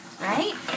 right